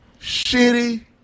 shitty